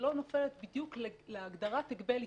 שלא נופלת בדיוק להגדרת הגבל עסקי,